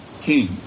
king